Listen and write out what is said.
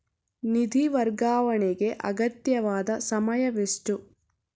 ನಿಧಿ ವರ್ಗಾವಣೆಗೆ ಅಗತ್ಯವಾದ ಸಮಯವೆಷ್ಟು?